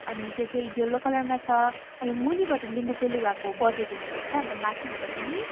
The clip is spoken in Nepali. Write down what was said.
अनि त्यो चाहिँ यल्लो कलरमा छ अनि मुनिबट लिम्बूकै लुगाको बोर्डर दिनुभएको छ अन्त माथिबाट पनि